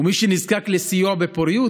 ומי שנזקק לסיוע בפוריות,